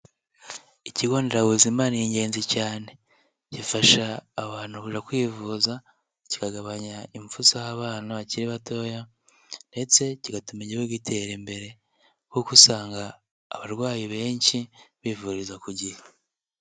Ikigo nderabuzima ni ingenzi cyane gifasha abantu kujya kwivuza kigabanya impfu z'abana bakiri batoya ndetse kigatuma igihugu gitera imbere kuko usanga abarwayi benshi bivuriza ku gihe.